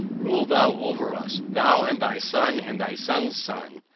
rule thou over us, thou and thy son and thy son's son.